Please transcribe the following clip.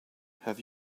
have